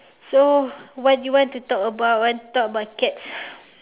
so what you what do want talk about want talk about cats